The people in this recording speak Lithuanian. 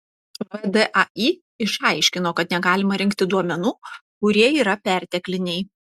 vdai išaiškino kad negalima rinkti duomenų kurie yra pertekliniai